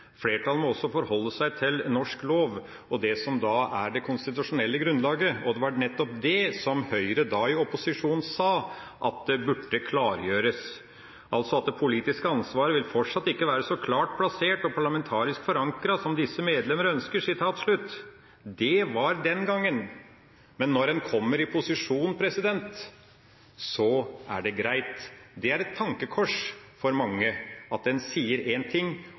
flertallet har ikke bestandig rett. Flertallet må også forholde seg til norsk lov og det som er det konstitusjonelle grunnlaget, og det var nettopp det Høyre i opposisjon sa burde klargjøres: «Det politiske ansvaret vil fortsatt ikke være så klart plassert og parlamentarisk forankret som disse medlemmer ønsker.» Det var den gangen. Men når en kommer i posisjon, er det greit. Det er et tankekors for mange, at en sier én ting og gjennomfører en annen ting.